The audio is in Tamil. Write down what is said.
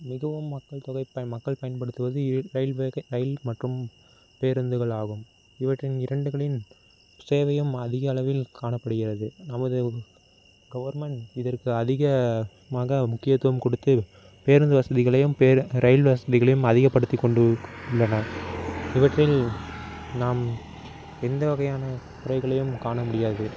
மிகவும் மக்கள் மக்கள் பயன்படுத்துவது ரயில்வே ரயில் மற்றும் பேருந்துகள் ஆகும் இவற்றின் இரண்டுகளின் சேவையும் அதிக அளவில் காணப்படுகிறது நமது கவர்மெண்ட் இதற்கு அதிகமாக முக்கியத்துவம் கொடுத்து பேருந்து வசதிகளையும் ரயில் வசதிகளையும் அதிகப்படுத்தி கொண்டு உள்ளன இவற்றில் நாம் எந்த வகையான குறைகளையும் காண முடியாது